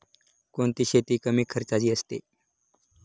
कोणती शेती कमी खर्चाची असते?